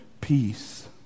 peace